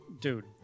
dude